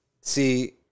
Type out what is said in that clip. see